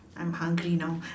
I'm hungry now